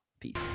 Peace